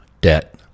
debt